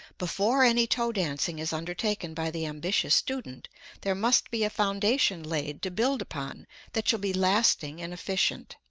before any toe dancing is undertaken by the ambitious student there must be a foundation laid to build upon that shall be lasting and efficient.